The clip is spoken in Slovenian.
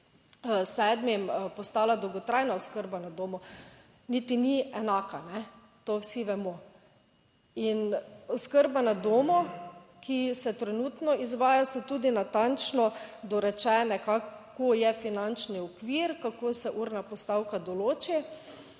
s 1. 7. postala dolgotrajna oskrba na domu niti ni enaka, to vsi vemo. In oskrba na domu, ki se trenutno izvaja, so tudi natančno dorečene, kako je finančni okvir, kako se urna postavka določi.